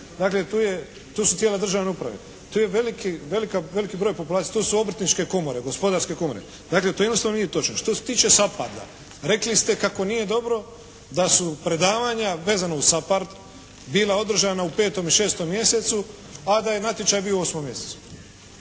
Dakle, tu su tijela državne uprave. Tu je veliki broj populacije. To su obrtničke komore, gospodarske komore. Dakle, to jednostavno nije točno. Što se tiče SAPARD-a rekli ste kako nije dobro da su predavanja vezana uz SAPARD bila održana u 5. i 6. mjesecu a da je natječaj bio u 8. mjesecu.